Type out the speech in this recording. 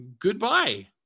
Goodbye